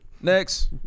Next